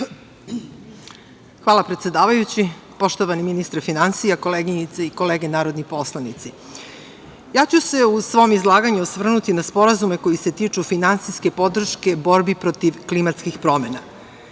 Hvala predsedavajući. Poštovani ministre finansija, koleginice i kolege narodni poslanici, ja ću se u svom izlaganju osvrnuti na sporazume koji se tiču finansijske podrške borbi protiv klimatskih promena. Prvi